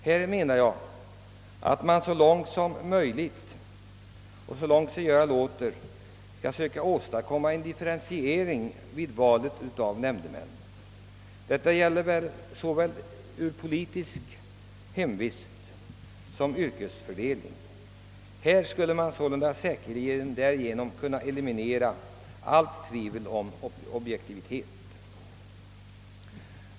Jag anser att man så långt sig göra låter bör söka åstadkomma en differentiering vid valet av nämndemän. Detta gäller här en differentiering med hänsyn till såväl politisk hemvist som yrkesfördelning. Härigenom skulle man säkerligen kunna eliminera allt tvivel rörande objektiviteten.